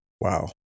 Wow